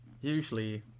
usually